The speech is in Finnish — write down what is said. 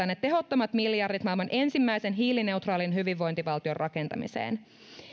ne tehottomat miljardit maailman ensimmäisen hiilineutraalin hyvinvointivaltion rakentamiseen